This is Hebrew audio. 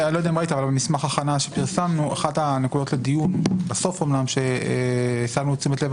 במסמך ההכנה שפרסמנו אחת הנקודות לדיון הסבנו את תשומת לב